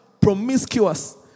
promiscuous